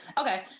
Okay